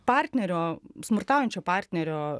partnerio smurtaujančio partnerio